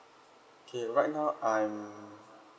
K right now I'm